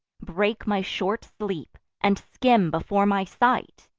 break my short sleep, and skim before my sight!